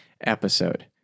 episode